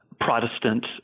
Protestant